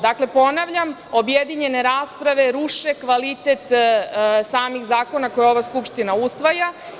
Dakle, ponavljam, objedinjene rasprave ruše kvalitet samih zakona koje ova Skupština usvaja.